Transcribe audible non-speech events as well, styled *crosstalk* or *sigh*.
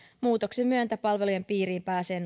muutoksen myötä palvelujen piiriin pääsee *unintelligible*